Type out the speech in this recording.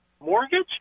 mortgage